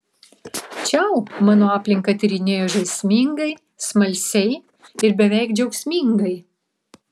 čiau mano aplinką tyrinėjo žaismingai smalsiai ir beveik džiaugsmingai